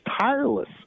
tireless